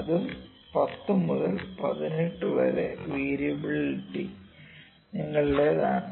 അതും 18 മുതൽ 22 വരെ വേരിയബിളിറ്റി നിങ്ങളുടേതാണ്